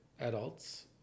adults